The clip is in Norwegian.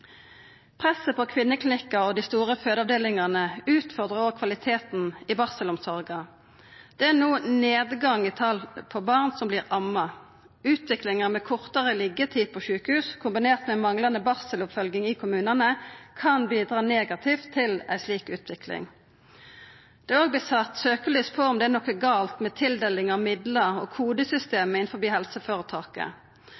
Presset på kvinneklinikkar og dei store fødeavdelingane utfordrar òg kvaliteten i barselomsorga. Det er no nedgang i talet på barn som vert amma. Utviklinga med kortare liggjetid på sjukehus kombinert med manglande barseloppfølging i kommunane kan bidra negativt til ei slik utvikling. Det er også vorte sett søkjeljos på om det er noko gale med tildeling av midlar og